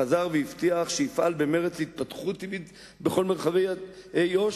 חזר והבטיח שיפעל במרץ להתפתחות טבעית בכל מרחבי איו"ש,